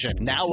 now